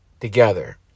together